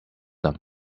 them